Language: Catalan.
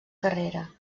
carrera